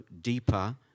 deeper